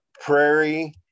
Prairie